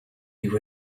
you